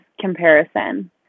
comparison